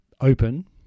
open